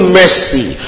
mercy